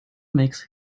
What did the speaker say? makes